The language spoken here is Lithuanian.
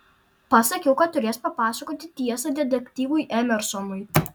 pasakiau kad turės papasakoti tiesą detektyvui emersonui